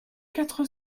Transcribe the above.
quatre